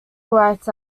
rights